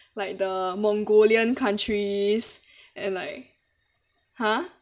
like the mongolian countries and like ha